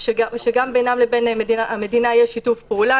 שגם בינם לבין המדינה יש שיתוף פעולה,